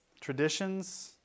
Traditions